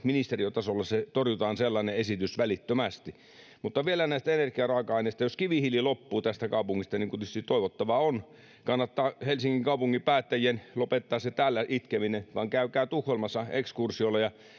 ministeriötasolla torjutaan sellainen esitys välittömästi mutta vielä näistä energiaraaka aineista jos kivihiili loppuu tästä kaupungista niin kuin vissiin toivottavaa on kannattaa helsingin kaupungin päättäjien lopettaa täällä itkeminen käykää tukholmassa ekskursiolla ja